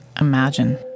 imagine